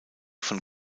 von